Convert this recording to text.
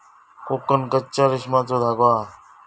कोकन कच्च्या रेशमाचो धागो हा